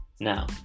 now